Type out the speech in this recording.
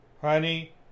Honey